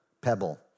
pebble